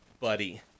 buddy